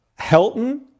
Helton